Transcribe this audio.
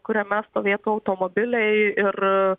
kuriame stovėtų automobiliai ir